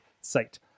site